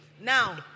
Now